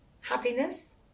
happiness